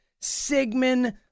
Sigmund